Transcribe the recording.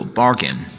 bargain